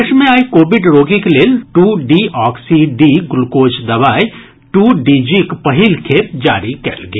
देश मे आइ कोविड रोगीक लेल two deoxy D glucose दवाई टू डीजीक पहिल खेप जारी कयल गेल